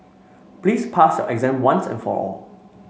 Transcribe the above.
please pass your exam once and for all